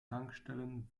tankstellen